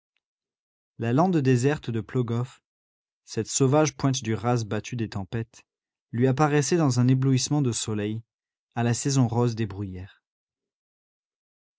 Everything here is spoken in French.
la lande déserte de plogof cette sauvage pointe du raz battue des tempêtes lui apparaissait dans un éblouissement de soleil à la saison rose des bruyères